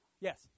yes